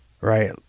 right